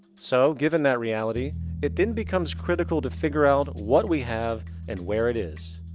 so, given that reality it then becomes critical to figure out what we have and where it is.